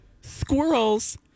Squirrels